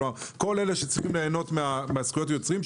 כל אלה שצריכים ליהנות מזכויות היוצרים,